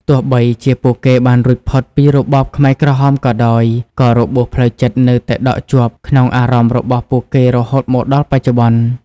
ទោះបីជាពួកគេបានរួចផុតពីរបបខ្មែរក្រហមក៏ដោយ ក៏របួសផ្លូវចិត្តនៅតែដក់ជាប់ក្នុងអារម្មណ៍របស់ពួកគេរហូតមកដល់បច្ចុប្បន្ន។